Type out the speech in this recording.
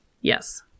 Yes